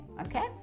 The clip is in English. okay